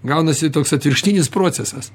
gaunasi toks atvirkštinis procesas